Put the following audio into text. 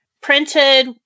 Printed